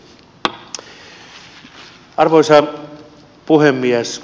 arvoisa puhemies